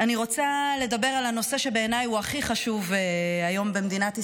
אני רוצה לדבר על הנושא שבעיניי הוא הכי חשוב היום במדינת ישראל.